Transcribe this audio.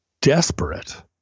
desperate